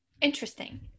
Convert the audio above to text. Interesting